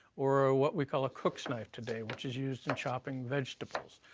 or what we call a cook's knife today, which is used in chopping vegetables.